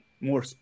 more